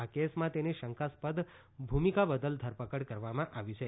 આ કેસમાં તેની શંકાસ્પદ ભૂમિકા બદલ ધરપકડ કરવામાં આવી છે